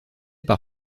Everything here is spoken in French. par